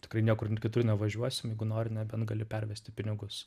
tikrai niekur kitur nevažiuosim jeigu nori nebent gali pervesti pinigus